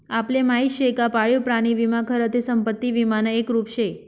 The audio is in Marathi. आपले माहिती शे का पाळीव प्राणी विमा खरं ते संपत्ती विमानं एक रुप शे